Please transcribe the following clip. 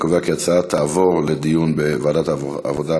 אני קובע כי ההצעה תועבר לדיון בוועדת העבודה,